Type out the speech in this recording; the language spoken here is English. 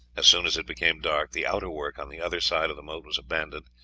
as soon as it became dark, the outwork on the other side of the moat was abandoned,